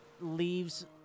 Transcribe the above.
leaves